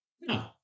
No